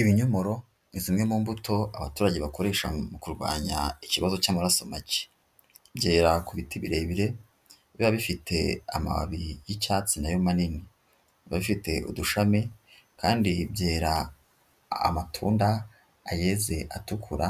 Ibinyomoro ni zimwe mu mbuto abaturage bakoresha mu kurwanya ikibazo cy'amaraso make, byera ku biti birebire biba bifite amababi y'icyatsi na yo manini, biba bifite udushami kandi byera amatunda, ayeze atukura